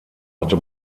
hatte